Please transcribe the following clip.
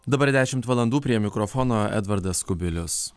dabar dešimt valandų prie mikrofono edvardas kubilius